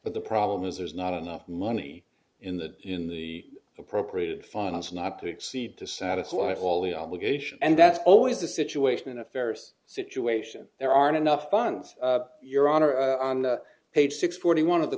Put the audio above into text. but the problem is there's not enough money in the in the appropriated funds not to exceed to satisfy all the obligations and that's always the situation affairs situation there aren't enough funds your honor on page six forty one of the